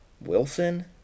Wilson